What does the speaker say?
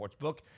Sportsbook